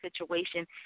situation